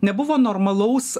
nebuvo normalaus